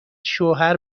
شوهر